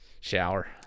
Shower